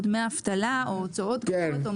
דמי אבטלה או הוצאות גבוהות.